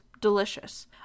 delicious